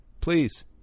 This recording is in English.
Please